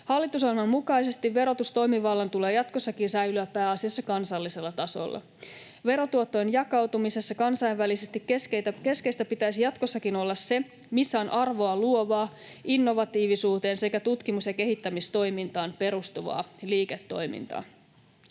Hallitusohjelman mukaisesti verotustoimivallan tulee jatkossakin säilyä pääasiassa kansallisella tasolla. Verotuottojen jakautumisessa kansainvälisesti keskeistä pitäisi jatkossakin olla se, missä on arvoa luovaa, innovatiivisuuteen sekä tutkimus- ja kehittämistoimintaan perustuvaa liiketoimintaa.